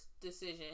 decision